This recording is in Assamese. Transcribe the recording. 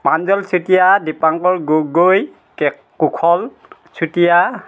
প্ৰাঞ্জল চেতিয়া দিপাংকৰ গগৈ কে কুশল চুতিয়া